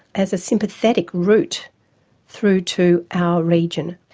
as a sympathetic route through to our region.